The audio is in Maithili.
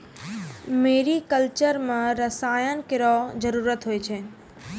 मेरी कल्चर म रसायन केरो जरूरत होय छै